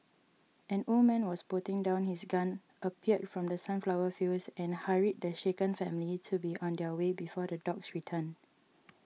an old man was putting down his gun appeared from the sunflower fields and hurried the shaken family to be on their way before the dogs return